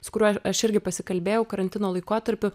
su kuriuo aš irgi pasikalbėjau karantino laikotarpiu